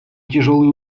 тяжелый